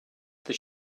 that